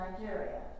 Nigeria